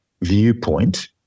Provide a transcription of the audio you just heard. viewpoint